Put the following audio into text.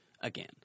again